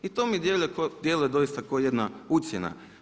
I to mi djeluje doista ko jedna ucjena.